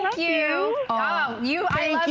you ah you